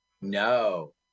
No